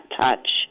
touch